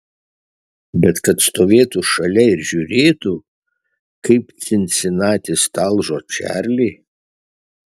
bet kad stovėtų šalia ir žiūrėtų kaip cincinatis talžo čarlį